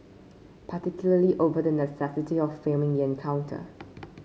particularly over the necessity of filming encounter